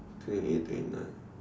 twenty eight twenty nine